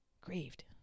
grieved